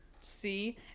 see